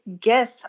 guess